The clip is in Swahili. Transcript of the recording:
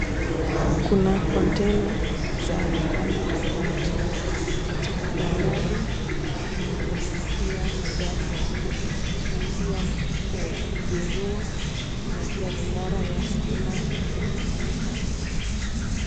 Kuna kontaina za rangi tofauti katika bandari, kuna pia magari ya kusaidia na kuzinua na pia minara ya stima ya kumulika.